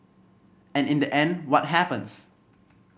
and in the end what happens